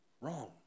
wrong